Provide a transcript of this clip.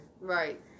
right